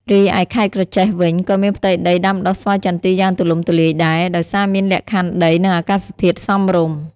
រីឯខេត្តក្រចេះវិញ ក៏មានផ្ទៃដីដាំដុះស្វាយចន្ទីយ៉ាងទូលំទូលាយដែរ ដោយសារមានលក្ខខណ្ឌដី និងអាកាសធាតុសមរម្យ។